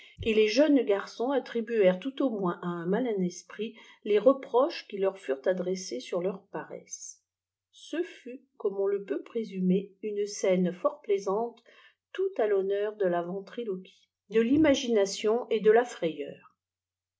et les jeunes garçons attrîbuèrent tout au moins à un malin esprit les reproches qui leur furent adressés sur leur paresse ce fut comme on le peut présumer une scène fort plaisante tout à thonneur de la ventriloquie de l'imagination et de la frayeur